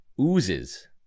oozes